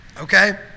Okay